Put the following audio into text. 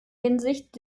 hinsicht